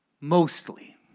Mostly